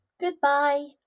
Goodbye